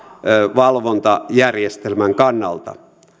valvontajärjestelmän kannalta